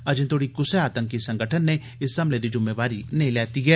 अजे तोड़ी कुसै आतंकी संगठन नै इस हमले दी जिम्मेवारी नेंई लैती ऐ